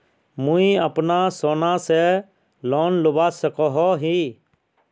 मुई अपना सोना से लोन लुबा सकोहो ही?